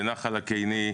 בנחל הקיני,